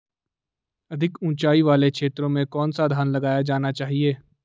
अधिक उँचाई वाले क्षेत्रों में कौन सा धान लगाया जाना चाहिए?